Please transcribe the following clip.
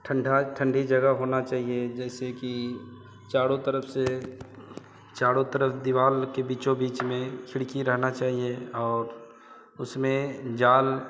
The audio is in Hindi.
ठंडा ठंडी जगह होना चाहिए जैसे कि चारों तरफ से चारों तरफ से दीवार के बीचों बीच में खिड़की रहना चाहिए और उसमें जाल